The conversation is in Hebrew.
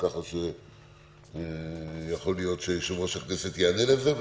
כך שיכול להיות שיושב-ראש הכנסת יענה לזה.